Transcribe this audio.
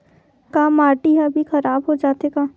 का माटी ह भी खराब हो जाथे का?